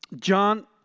John